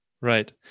Right